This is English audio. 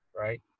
right